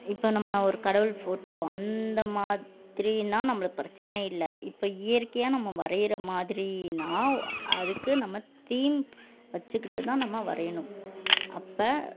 இப்போ நம்ம ஒரு கடவுள் ஃபோட்டோ அந்த மாதிரினா நம்மளுக்கு பிரச்சனை இல்லை இப்போ இயற்கையாக நம்ம வரைகிற மாதிரினா அதுக்கு நம்ம தீம் வைச்சிக்கிட்டு தான் நம்ம வரையணும் அப்போ